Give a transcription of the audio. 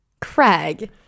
Craig